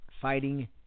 Fighting